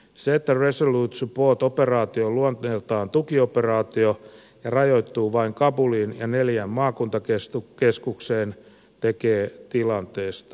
se että resolute support operaatio on luonteeltaan tukioperaatio ja rajoittuu vain kabuliin ja neljään maakuntakeskukseen tekee tilanteesta haastavan